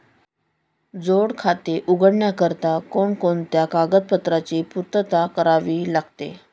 जोड खाते उघडण्याकरिता कोणकोणत्या कागदपत्रांची पूर्तता करावी लागते?